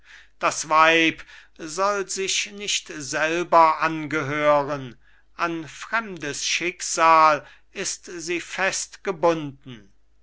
das weib soll sich nicht selber angehören an fremdes schicksal ist sie